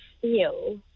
feel